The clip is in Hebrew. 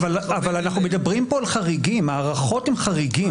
אבל אנחנו מדברים פה על חריגים, הארכות הם חריגים.